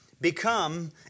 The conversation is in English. become